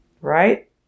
right